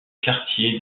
quartier